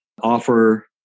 offer